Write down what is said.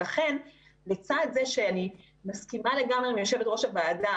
ולכן לצד זה שאני מסכימה לגמרי עם יושבת-ראש הוועדה,